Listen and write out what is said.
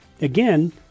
Again